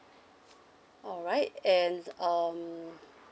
alright and um